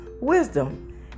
wisdom